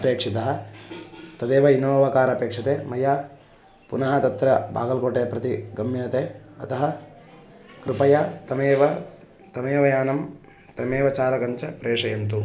अपेक्षितः तदेव इनोवकार अपेक्षते मया पुनः तत्र बागल्कोटे प्रति गम्यते अतः कृपया तमेव तमेव यानं तमेव चालकं च प्रेषयन्तु